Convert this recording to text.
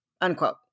unquote